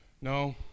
no